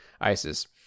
ISIS